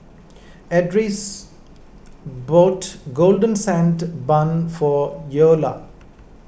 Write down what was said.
Ardis bought Golden Sand Bun for Eola